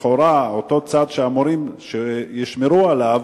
לכאורה, אותו צד שאמורים לשמור עליו